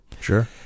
Sure